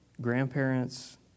grandparents